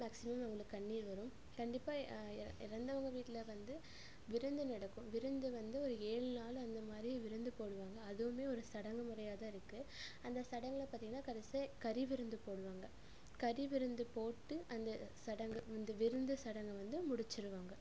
maximum அவங்களுக்கு கண்ணீர் வரும் கண்டிப்பாக இறந்தவங்க வீட்டில் வந்து விருந்து நடக்கும் விருந்து வந்து ஒரு ஏழு நாள் அந்தமாதிரி விருந்து போடுவாங்க அதுவுமே ஒரு சடங்கு முறையாக தான் இருக்கு அந்த சடங்கில் பார்த்திங்கன்னா கடைசியாக கறி விருந்து போடுவாங்க கறி விருந்து போட்டு அந்த சடங்கு அந்த விருந்து சடங்கு வந்து முடிச்சிருவாங்க